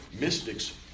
mystics